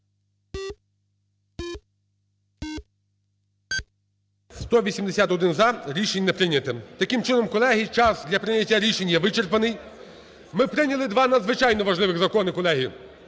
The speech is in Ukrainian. За-181 Рішення не прийнято. Таким чином, колеги, час для прийняття рішень є вичерпаний. Ми прийняли два надзвичайно важливих закони, колеги: